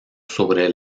sobre